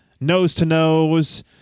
nose-to-nose